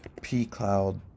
pCloud